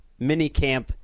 minicamp